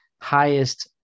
highest